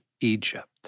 Egypt